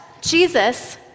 Jesus